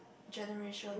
generation